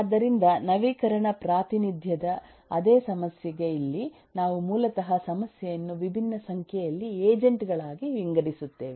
ಆದ್ದರಿಂದ ನವೀಕರಣ ಪ್ರಾತಿನಿಧ್ಯದ ಅದೇ ಸಮಸ್ಯೆಗೆ ಇಲ್ಲಿ ನಾವು ಮೂಲತಃ ಸಮಸ್ಯೆಯನ್ನು ವಿಭಿನ್ನ ಸಂಖ್ಯೆಯಲ್ಲಿ ಏಜೆಂಟ್ ಗಳಾಗಿ ವಿಂಗಡಿಸುತ್ತೇವೆ